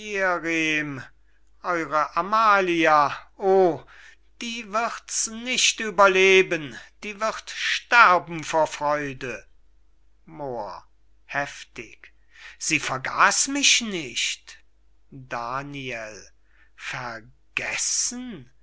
eure amalia oh die wird's nicht überleben die wird sterben vor freude moor heftig sie vergaß mich nicht daniel vergessen